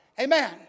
amen